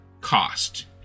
cost